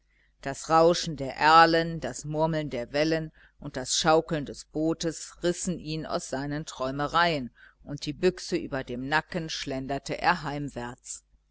das rauschen der erlen das murmeln der wellen und das schaukeln des bootes rissen ihn aus seinen träumereien und die büchse über dem nacken schlenderte er heimwärts